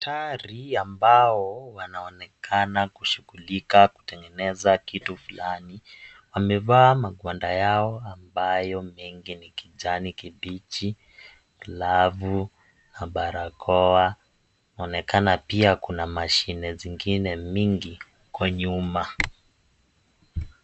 Madaktari ambao wanaonekana kushughulika kutengeneza kitu fulani, wamevaa magwanda yao ambayo mengi ni kijani kibichi, glavu na barakoa, inaonekana pia kuna mashine zingine mingi huko nyuma.